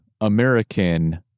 American